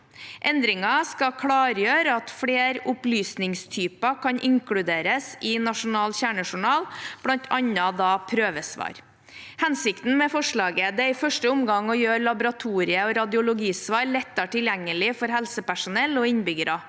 Endringen skal klargjøre at flere opplysningstyper kan inkluderes i nasjonal kjernejournal, bl.a. prøvesvar. Hensikten med forslaget er i første omgang å gjøre laboratorie- og radiologisvar lettere tilgjengelig for helsepersonell og innbyggere.